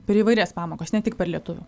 per įvairias pamokas ne tik per lietuvių